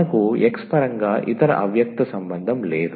మనకు x పరంగా ఇతర అవ్యక్త సంబంధం లేదు